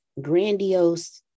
grandiose